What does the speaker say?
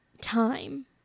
time